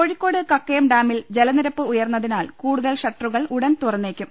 കോഴിക്കോട്ട് ക്കിയം ഡാമിൽ ജലനിരപ്പ് ഉയർന്നതിനാൽ കൂടുതൽ ഷട്ടറുകൾ ഉടൻ തുറന്നേക്കും